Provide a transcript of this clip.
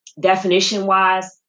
definition-wise